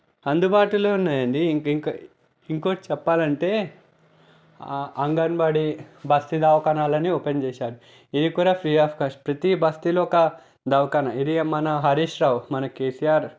అందుబాటులో ఉన్నాయండి ఇంకా ఇంకొకటి చెప్పాలంటే అంగన్ వాడీ బస్తీ దవాఖానాలు అని ఓపెన్ చేశారు ఇది కూడా ఫ్రీ ఆఫ్ కాస్ట్ ప్రతి బస్తీలో ఒక దావఖానా ఇది మన హరీష్ రావు మన కేసీఆర్